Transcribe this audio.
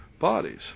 bodies